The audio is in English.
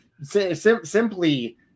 simply